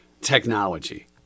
technology